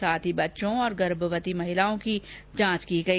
साथ ही बच्चों और गर्भवती महिलाओं की जांच की गई